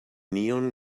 neon